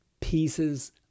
pieces